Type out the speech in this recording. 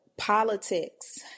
Politics